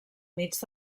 mig